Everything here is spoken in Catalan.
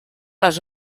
les